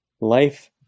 Life